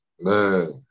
Man